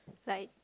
like